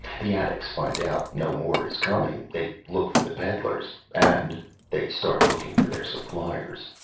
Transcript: the addicts find out no more is coming they look for the peddlers and they start looking for their suppliers.